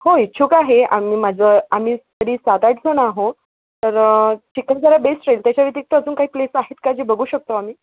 हो इच्छुक आहे आम्ही माझं आम्ही तरी सात आठ जणं आहो तर चिखलदरा बेस्ट राहील त्याच्या व्यतिरिक्त अजून काही प्लेस आहेत का जे बघू शकतो आम्ही